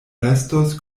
restos